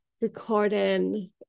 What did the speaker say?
recording